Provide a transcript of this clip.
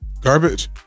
Garbage